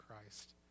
Christ